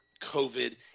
COVID